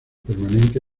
permanente